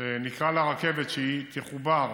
שנקרא לה רכבת, שתחובר,